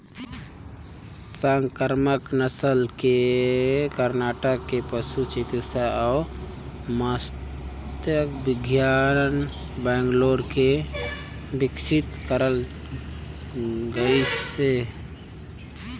संकरामक नसल ल करनाटक के पसु चिकित्सा अउ मत्स्य बिग्यान बैंगलोर ले बिकसित करल गइसे